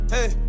Hey